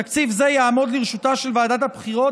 תקציב זה יעמוד לרשותה של ועדת הבחירות